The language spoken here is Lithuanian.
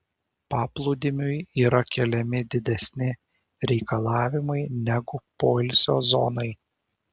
paplūdimiui yra keliami didesni reikalavimai negu poilsio zonai